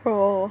bro